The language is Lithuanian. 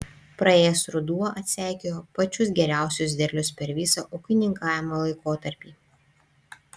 praėjęs ruduo atseikėjo pačius geriausius derlius per visą ūkininkavimo laikotarpį